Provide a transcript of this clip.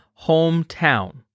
hometown